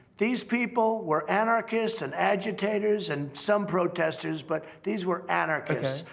these people were anarchists and agitators and some protesters, but these were anarchists.